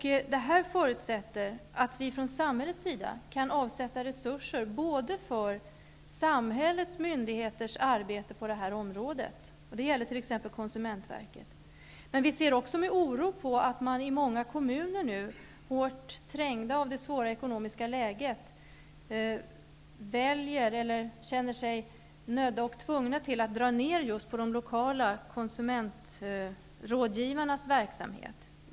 Detta förutsätter att vi från samhällets sida kan avsätta resurser för samhällets myndigheters arbete på detta område. Det gäller t.ex. konsumentverket. Men vi ser också med oro på att man i många kommuner, hårt trängda av det svåra ekonomiska läget, känner sig nödda och tvungna att dra ned just på de lokala konsumentrådgivarnas verksamhet.